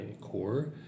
core